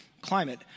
climate